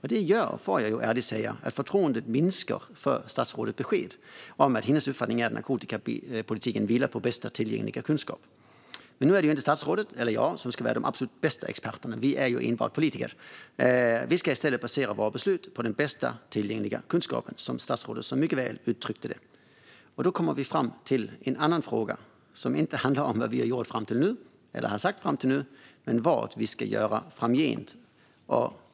Detta gör, får jag ärligt säga, att förtroendet minskar för statsrådets besked om att hennes uppfattning är att narkotikapolitiken vilar på bästa tillgängliga kunskap. Men nu är det ju inte statsrådet eller jag som ska vara de absolut bästa experterna. Vi är enbart politiker och ska i stället basera våra beslut på "bästa tillgängliga kunskap", som statsrådet så väl uttrycker det. Då kommer vi till en annan fråga, som inte handlar om vad vi har gjort eller sagt fram till nu utan om vad vi ska göra framgent.